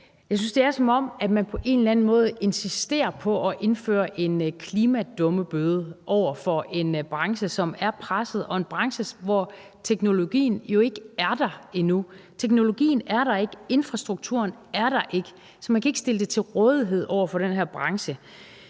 Jeg synes, det er, som om man på en eller anden måde insisterer på at indføre en klimadummebøde til en branche, som er presset, og en branche, hvor teknologien jo ikke er der endnu. Teknologien er der ikke, og infrastrukturen er der ikke, så man kan ikke stille det til rådighed for den her branche.